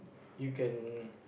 you can